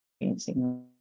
experiencing